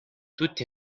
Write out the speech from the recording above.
tutti